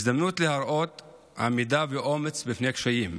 הזדמנות להראות עמידה באומץ בפני קשיים,